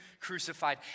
crucified